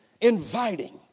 inviting